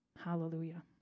Hallelujah